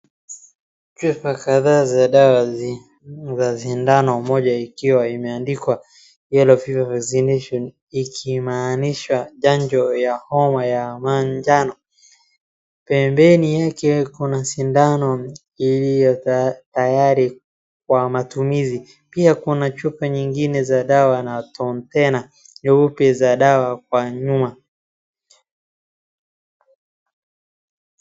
Chupa kadhaa za dawa za sindano moja, ikiwa imeandikwa Yellow Fever Vaccination ikimaanisha chanjo ya homa ya manjano. Pembeni yake kuna sindano iliyo tayari kwa matumizi. Pia kuna chupa nyingine za dawa na container fupi za dawa kwa nyuma.